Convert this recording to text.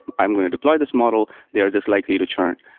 i'm going to deploy this model. they are just likely to churn.